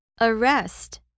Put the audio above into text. Arrest